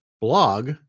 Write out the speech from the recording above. blog